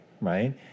right